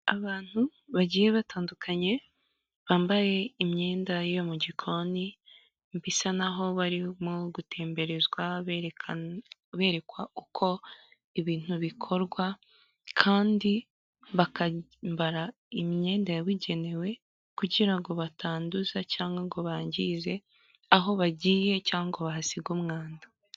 Abantu bagiye batandukanye bambaye imyenda yo mu gikoni bisa nk'aho barimo gutemberezwa berekwa uko ibintu bikorwa kandi bakambara imyenda yabigenewe kugira ngo batanduza cyangwa ngo bangize aho bagiye cyangwa bahasigage umwanda.